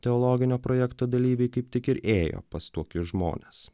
teologinio projekto dalyviai kaip tik ir ėjo pas tokius žmones